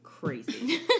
crazy